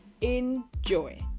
Enjoy